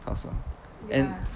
超爽 and